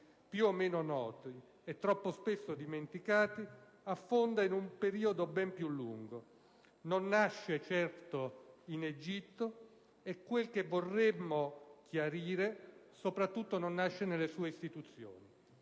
più o meno noti, troppo spesso dimenticati - affonda in un periodo ben più lungo, non nasce certo in Egitto e - quel che vorremmo chiarire - soprattutto non nasce nelle sue istituzioni.